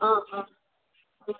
অ অ অ